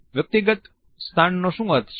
વ્યક્તિગત સ્થાનનો શું અર્થ છે